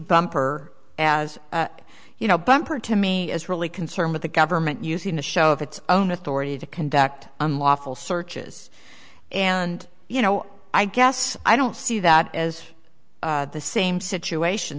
bumper as you know bumper to me is really concerned with the government using a show of its own authority to conduct unlawful searches and you know i guess i don't see that as the same situation